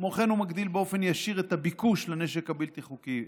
כמו כן הוא מגדיל באופן ישיר את הביקוש לנשק הבלתי-חוקי,